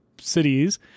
cities